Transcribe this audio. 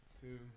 two